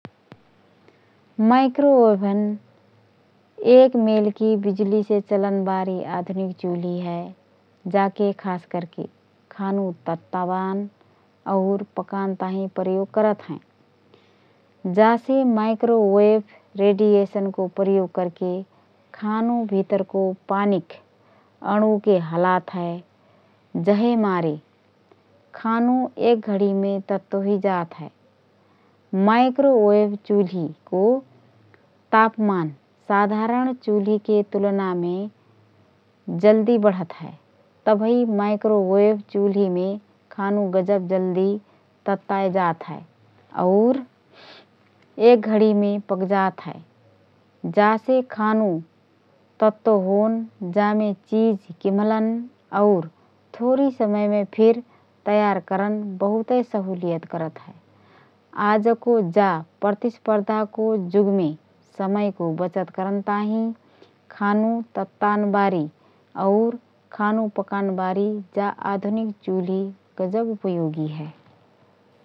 Microwave oven एक मेलकी बिजुलीसे चलनबारी आधुनिक चुल्ही हए । जाके खास करके खानु तत्बान और पकान ताहिँ प्रयोग करत हएँ । जासे माइक्रोवेभ रेडियेशनको प्रयोग करके खानु भितरको पानीक अणुनके हलात हए । जहेमारे खानु एकघडिमे तत्तो हुइजात हए । माइक्रोवेभ चुल्हीको तापमान साधारण चुल्हीके तुलनामे जल्दी बढत हए । तबहि माइक्रोवेभ चुल्हीमे खानु गजब जल्दी तत्ताएजात हए और एकघडिमे पक्जात हए । जासे खानु तत्तो होन, जमो चिझ किम्ल्हन और थोरी समयमे फिर तयार करन बहुतए सहुलियत करत हए । आजको जा प्रतिस्पर्दाको जुगमे समयको बचत करन ताहिँ खानु तत्त्बानबारी और खानु पकानबारी जा आधुनिक चुल्ही गजब उपयोगी हए ।